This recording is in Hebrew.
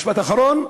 משפט אחרון.